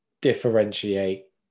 differentiate